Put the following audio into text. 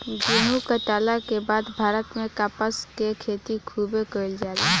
गेहुं काटला के बाद भारत में कपास के खेती खूबे कईल जाला